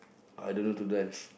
oh I don't know to dance